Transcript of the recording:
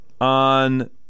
on